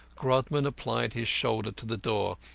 grodman applied his shoulder to the door,